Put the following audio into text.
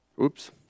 Oops